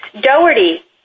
Doherty